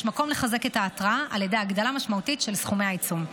יש מקום לחזק את ההרתעה על ידי הגדלה משמעותית של סכומי העיצום.